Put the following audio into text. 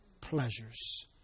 pleasures